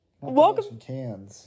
Welcome